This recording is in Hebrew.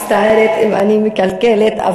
מצטערת אם אני מקלקלת.